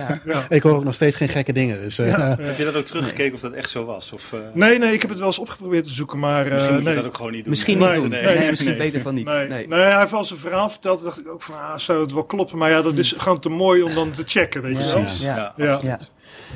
Ja. Ja. Ik hoor ook nog steeds geen gekke dingen, dus, eh. Ja, ja. Heb je dat ook Nee. teruggekeken of dat echt zo was, of, eh? Nee, nee, ik heb het wel eens opgeprobeerd te zoeken, maar, eh, Misschien moet je nee. dat ook gewoon niet doen. Misschien Nee, niet Nee, doen. nee. nee. Nee, misschien Nee, beter nee. van niet. Nee. Nee. Nee, hij heeft wel eens een verhaal verteld, dacht ik ook van, ah, zou het wel kloppen? Maar ja, dat Hmm. is gewoon te mooi om dan te checken, weet Ja, je wel. precies, ja. Ja, Ja. absoluut.